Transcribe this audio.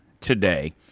today